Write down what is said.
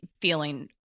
feeling